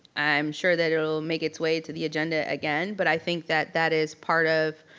i'm sure that it will make its way to the agenda again, but i think that that is part of